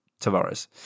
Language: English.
Tavares